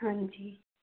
ਹਾਂਜੀ